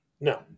No